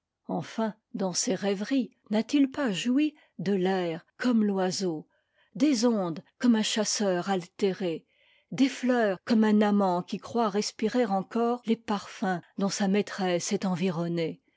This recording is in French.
enfin dans ses rêveries n'a-t-il pas joui de l'air comme t'oiseau des ondes comme un chasseur altéré des fleurs comme un amant qui croit respirer encore les parfums dont sa maîtresse est environnée